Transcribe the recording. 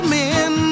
men